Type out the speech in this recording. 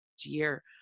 year